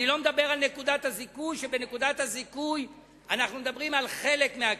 אני לא מדבר על נקודת הזיכוי שבנקודת הזיכוי אנחנו מדברים על חלק מהכסף,